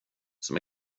som